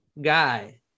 guy